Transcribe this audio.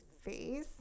face